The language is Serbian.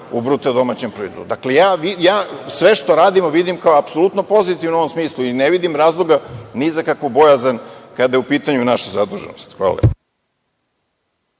učešće našeg duga u BDP.Dakle, sve što radimo vidim kao apsolutno pozitivno u ovom smislu i ne vidim razloga ni za kakvu bojazan kada je u pitanju naša zaduženost. Hvala.